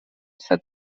s’ha